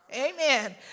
amen